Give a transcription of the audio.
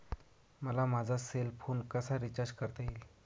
मला माझा cell phone कसा रिचार्ज करता येईल?